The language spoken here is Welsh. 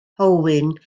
hywyn